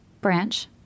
Branch